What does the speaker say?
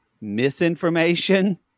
misinformation